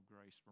grace